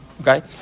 Okay